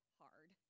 hard